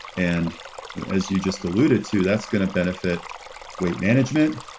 and as you just alluded to, that's going to benefit weight management.